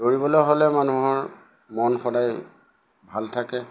দৌৰিবলৈ হ'লে মানুহৰ মন সদায় ভাল থাকে